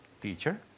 teacher